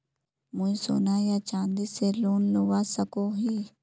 मुई सोना या चाँदी से लोन लुबा सकोहो ही?